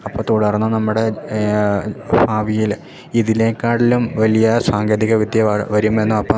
അപ്പോൾ തുടർന്ന് നമ്മുടെ ഭാവിയിൽ ഇതിനേക്കാളും വലിയ സാങ്കേതികവിദ്യ വരുമെന്നും അപ്പം